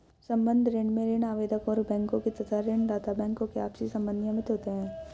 संबद्ध ऋण में ऋण आवेदक और बैंकों के तथा ऋण दाता बैंकों के आपसी संबंध नियमित होते हैं